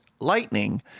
Lightning